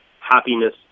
happiness